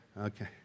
Okay